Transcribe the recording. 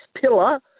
pillar